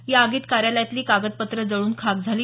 या आगीत कार्यालयातली कागदपत्रं जळून खाक झाली